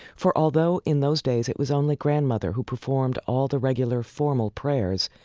for although in those days it was only grandmother who performed all the regular formal prayers,